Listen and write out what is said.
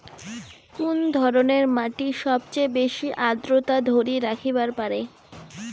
কুন ধরনের মাটি সবচেয়ে বেশি আর্দ্রতা ধরি রাখিবার পারে?